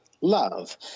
love